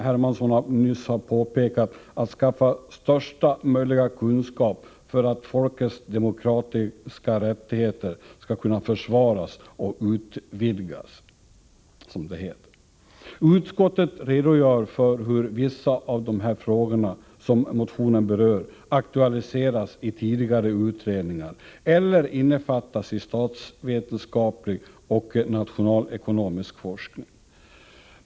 Hermansson nyss har påpekat, att skaffa största möjliga kunskap för att folkets demokratiska rättigheter skall kunna försvaras och utvidgas, som det heter. Utskottet redogör för hur vissa av de frågor som motionen berör har aktualiserats i tidigare utredningar eller innefattas i statsvetenskaplig och nationalekonomisk forskning.